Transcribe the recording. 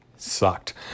sucked